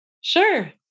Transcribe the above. Sure